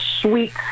sweet